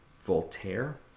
Voltaire